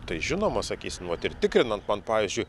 tai žinoma sakysim vat ir tikrinant man pavyzdžiui